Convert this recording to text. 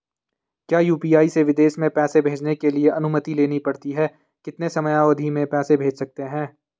क्या यु.पी.आई से विदेश में पैसे भेजने के लिए अनुमति लेनी पड़ती है कितने समयावधि में पैसे भेज सकते हैं?